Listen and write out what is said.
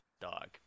dog